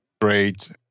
great